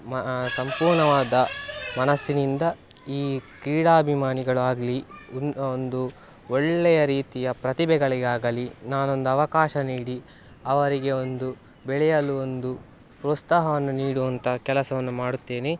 ಮ ಸಂಪೂರ್ಣವಾದ ಮನಸ್ಸಿನಿಂದ ಈ ಕ್ರೀಡಾಭಿಮಾನಿಗಳು ಆಗಲಿ ಒಂದು ಒಳ್ಳೆಯ ರೀತಿಯ ಪ್ರತಿಭೆಗಳಿಗಾಗಲಿ ನಾನೊಂದು ಅವಕಾಶ ನೀಡಿ ಅವರಿಗೆ ಒಂದು ಬೆಳೆಯಲು ಒಂದು ಪ್ರೋತ್ಸಾಹವನ್ನು ನೀಡುವಂಥ ಕೆಲಸವನ್ನು ಮಾಡುತ್ತೇನೆ